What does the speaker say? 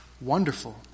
wonderful